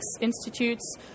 institutes